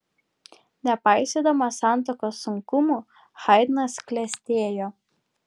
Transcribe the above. nepaisydamas santuokos sunkumų haidnas klestėjo